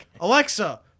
Alexa